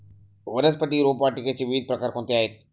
वनस्पती रोपवाटिकेचे विविध प्रकार कोणते आहेत?